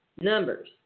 Numbers